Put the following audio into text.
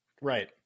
Right